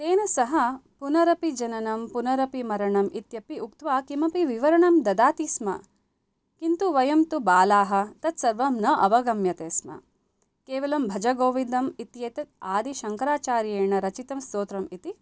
तेन सह पुनरपि जननं पुनरपि मरणम् इत्यपि उक्त्वा किमपि विवरणं ददाति स्म किन्तु वयं तु बालाः तत्सर्वं न अवगम्यते स्म केवलं भजगोविन्दमित्येतत् आदिशङ्कराचार्येण रचितं स्तोत्रम् इति